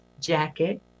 jacket